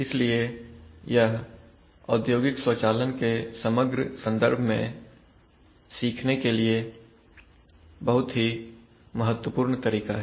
इसलिए यह औद्योगिक स्वचालन के समग्र संदर्भ में सीखने के लिए बहुत ही महत्वपूर्ण तरीका है